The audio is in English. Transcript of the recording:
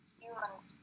humans